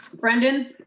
brendan.